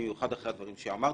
במיוחד אחרי הדברים שאמרת,